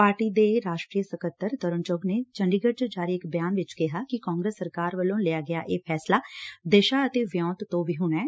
party ਦੇ ਰਾਸ਼ਟਰੀ ਸਕੱਤਰ ਤਰੁਣ ਚੁੱਘ ਨੇ ਚੰਡੀਗੜ ਚ ਜਾਰੀ ਇਕ ਬਿਆਨ ਵਿਚ ਕਿਹਾ ਕਿ ਕਾਂਗਰਸ ਸਰਕਾਰ ਵੱਲੋ ਲਿਆ ਗਿਆ ਇਹ ਫੈਸਲਾ ਦਿਸ਼ਾ ਅਤੇ ਵਿਉਂਤ ਤੇ ਵਿਹੁਣਾ ਐ